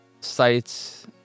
sites